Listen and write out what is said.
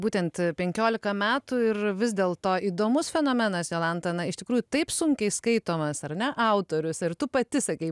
būtent penkiolika metų ir vis dėlto įdomus fenomenas jolanta na iš tikrųjų taip sunkiai skaitomas ar ne autorius ir tu pati sakei